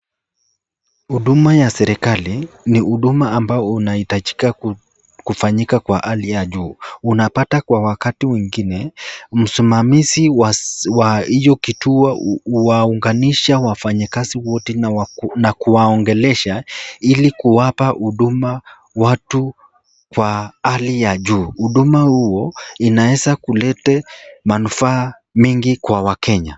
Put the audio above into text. Huduma ya serikali ni huduma ambao unahitajika kufanyika kwa hali ya juu. Unapata kwa wakati mwingine, msimamizi wa hiyo kituo huwaunganisha wafanyikazi wote na kuwaongelesha ili kuwapa huduma watu kwa hali ya juu. Huduma huo inaeza kulete manufaa mingi kwa wakenya.